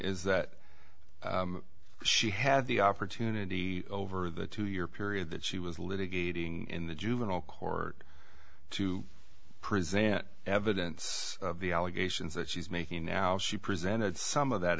is that she had the opportunity over the two year period that she was litigating in the juvenile court to present evidence of the allegations that she's making now she presented some of that